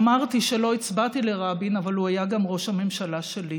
אמרתי שלא הצבעתי לרבין אבל הוא היה גם ראש הממשלה שלי,